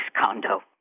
condo